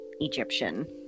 Egyptian